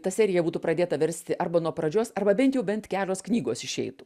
ta serija būtų pradėta versti arba nuo pradžios arba bent jau bent kelios knygos išeitų